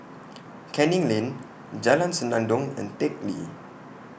Canning Lane Jalan Senandong and Teck Lee